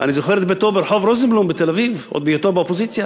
אני זוכר את ביתו ברחוב רוזנבלום בתל-אביב עוד בהיותו באופוזיציה.